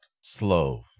slow